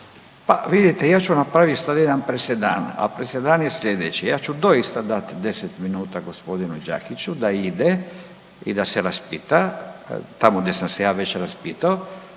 razumije zbog najave./… jedan presedan, a presedan je sljedeće, ja ću doista dat 10 minuta g. Đakiću da ide i da se raspita tamo gdje sam se ja već raspitao,